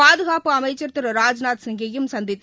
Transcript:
பாதுகாப்பு அமைச்சர் திரு ராஜ்நாத் சிங்கையும் சந்தித்து